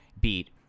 beat